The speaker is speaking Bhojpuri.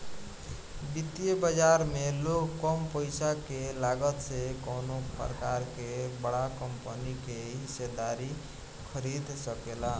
वित्तीय बाजार में लोग कम पईसा के लागत से कवनो प्रकार के बड़ा कंपनी के हिस्सेदारी खरीद सकेला